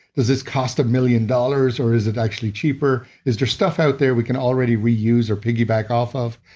does this cost a million dollars or is it actually cheaper? is there stuff out there we can already reuse or piggyback off of?